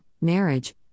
marriage